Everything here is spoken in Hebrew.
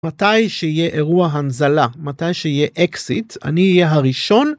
מתי שיהיה אירוע הנזלה, מתי שיהיה אקסיט, אני יהיה הראשון.